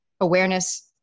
awareness